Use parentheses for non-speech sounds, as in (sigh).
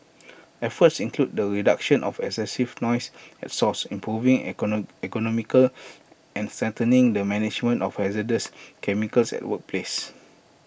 efforts include the reduction of excessive noise at source improving (unintelligible) ergonomics and strengthening the management of hazardous chemicals at workplaces